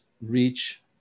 reach